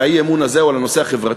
והאי-אמון הזה הוא על הנושא החברתי,